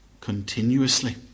continuously